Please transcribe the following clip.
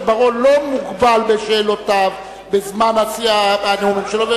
בר-און לא מוגבל בשאלותיו ובזמן הנאומים שלו,